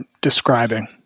describing